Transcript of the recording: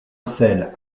sel